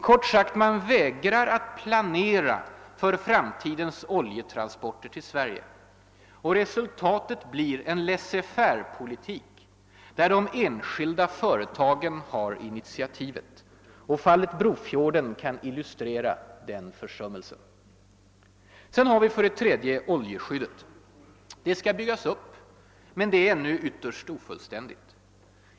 Kort sagt: man vägrar att planera för framtidens ojetransporter till Sverige. Resultatet blir en laissez-faire-politik där de enskilda företagen har initiativet. Fallet Brofjorden kan illustrera försummelsen. Sedan har vi för det tredje oljeskyddet. Det skall byggas upp men är ännu ytterst ofullständigt.